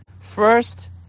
First